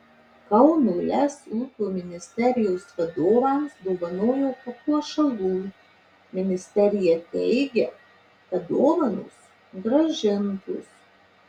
kauno lez ūkio ministerijos vadovams dovanojo papuošalų ministerija teigia kad dovanos grąžintos